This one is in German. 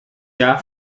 jahr